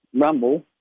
Rumble